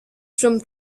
from